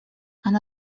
она